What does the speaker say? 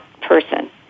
person